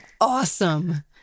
Awesome